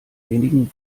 wenigen